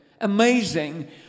Amazing